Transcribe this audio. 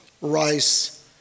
rice